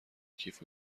کیف